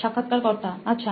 সাক্ষাৎকারকর্তা আচ্ছা